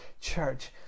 church